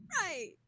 Right